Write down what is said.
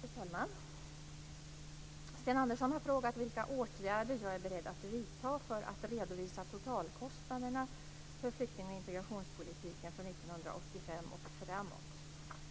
Fru talman! Sten Andersson har frågat vilka åtgärder jag är beredd att vidta för att redovisa totalkostnaderna för flykting och integrationspolitiken från 1985 och framåt.